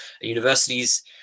universities